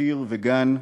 שיר וגן.